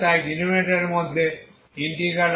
তাই ডিনোমিনেটর এর মধ্যে ইন্টিগ্রাল